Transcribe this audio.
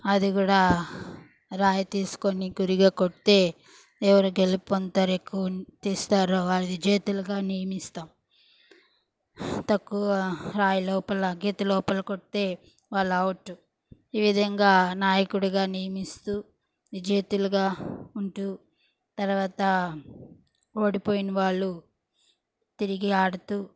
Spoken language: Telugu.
అది కూడా రాయి తీసుకుని గురిగా కొడితే ఎవరు గెలుపు పొందుతారో ఎక్కువ ఉం తీస్తారో వాళ్ళను విజేతలుగా నియమిస్తాం తక్కువ రాయి లోపల గీత లోపల కొడితే వాళ్ళు అవుట్ ఈ విధంగా నాయకుడిగా నియమిస్తూ విజేతలుగా ఉంటూ తర్వాత ఓడిపోయిన వాళ్ళు తిరిగి ఆడుతూ